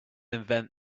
invent